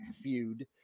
feud